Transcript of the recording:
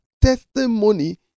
testimony